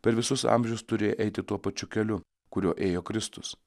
per visus amžius turi eiti tuo pačiu keliu kuriuo ėjo kristus